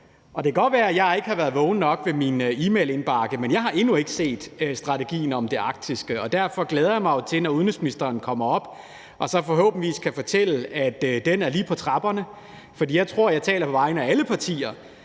det kan godt være, at jeg ikke har været vågen nok ved min e-mailindbakke, men jeg har endnu ikke set strategien om det arktiske, og derfor glæder jeg mig jo til, når udenrigsministeren kommer op og forhåbentlig kan fortælle, at den er lige på trapperne. For jeg tror, jeg taler på vegne af alle partier,